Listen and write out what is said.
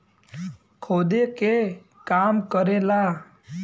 खोदे के काम करेला